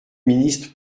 ministre